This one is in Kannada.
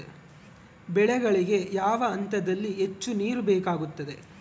ಬೆಳೆಗಳಿಗೆ ಯಾವ ಹಂತದಲ್ಲಿ ಹೆಚ್ಚು ನೇರು ಬೇಕಾಗುತ್ತದೆ?